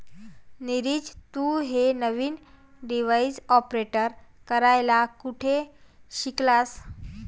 नीरज, तू हे नवीन डिव्हाइस ऑपरेट करायला कुठे शिकलास?